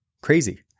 crazy